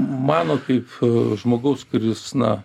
mano kaip a žmogaus kuris na